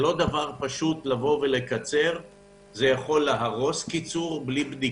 קיצור תקופת התמחות ללא בדיקה יכול להרוס.